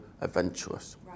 adventurous